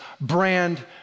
brand